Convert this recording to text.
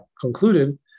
concluded